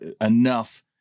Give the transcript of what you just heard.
enough